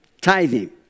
Tithing